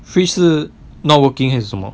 fridge 是 not working 还是什么